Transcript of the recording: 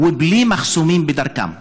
ובלי מחסומים בדרכם.